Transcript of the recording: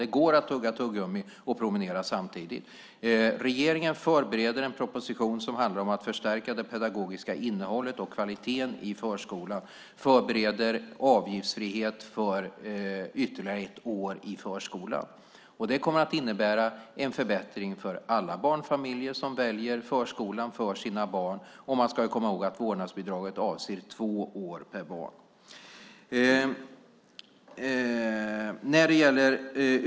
Det går att tugga tuggummi och promenera samtidigt. Regeringen förbereder en proposition som handlar om att förstärka det pedagogiska innehållet och kvaliteten i förskolan och förbereder avgiftsfrihet för ytterligare ett år i förskolan. Det kommer att innebära en förbättring för alla barnfamiljer som väljer förskolan för sina barn. Man ska komma ihåg att vårdnadsbidraget avser två år per barn.